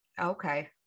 Okay